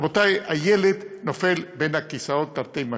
רבותי, הילד נופל בין הכיסאות, תרתי משמע.